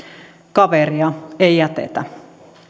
kaveria ei jätetä